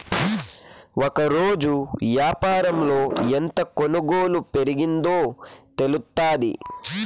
ఒకరోజు యాపారంలో ఎంత కొనుగోలు పెరిగిందో తెలుత్తాది